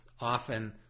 often